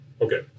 Okay